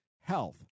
health